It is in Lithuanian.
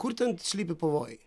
kur ten slypi pavojai